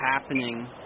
happening